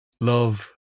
love